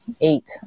eight